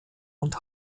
und